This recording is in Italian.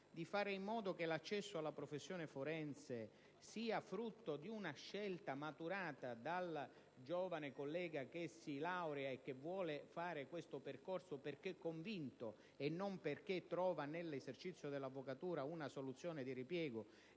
di fare in modo che l'accesso alla professione forense sia frutto di una scelta maturata dal giovane collega che si laurea e che vuole fare questo percorso perché convinto, e non perché trovi, nell'esercizio dell'avvocatura, una soluzione di ripiego,